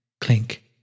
clink